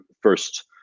first